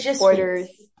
orders